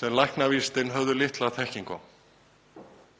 sem læknavísindin höfðu litla þekkingu